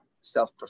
self